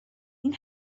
این